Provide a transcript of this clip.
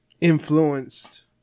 influenced